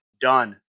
Done